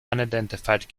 unidentified